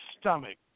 stomach